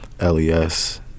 LES